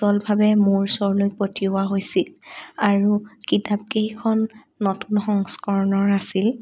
সুচলভাৱে মোৰ ওচৰলৈ পঠিওৱা হৈছিল আৰু কিতাপকেইখন নতুন সংস্কৰণৰ আছিল